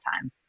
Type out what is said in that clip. time